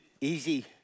easy